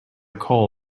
call